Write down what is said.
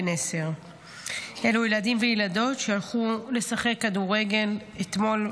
בן 10. אלה ילדים וילדות שהלכו לשחק כדורגל אתמול,